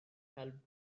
helped